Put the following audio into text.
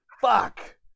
Fuck